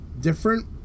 different